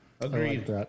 Agreed